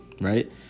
Right